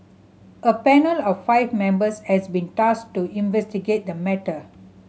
a panel of five members has been tasked to investigate the matter